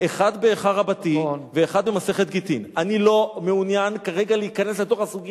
תלמידיו של הלל, מגדולי תלמידיו של הלל,